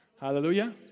Hallelujah